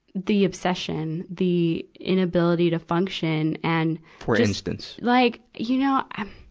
the obsession, the inability to function. and for instance? like, you know, i,